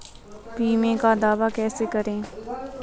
बीमे का दावा कैसे करें?